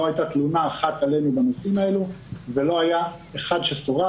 לא היתה תלונה אחת עלינו בנושאים האלו ולא היה אחד שסורב.